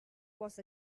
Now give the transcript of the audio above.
was